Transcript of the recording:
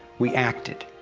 we acted.